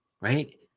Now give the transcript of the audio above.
right